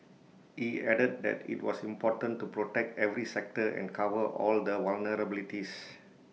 he added that IT was important to protect every sector and cover all the vulnerabilities